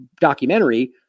documentary